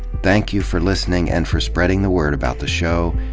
thank you for listening and for spreading the word about the show,